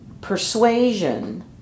persuasion